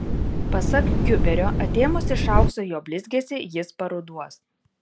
pasak kiuberio atėmus iš aukso jo blizgesį jis paruduos